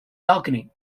balcony